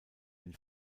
den